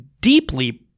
deeply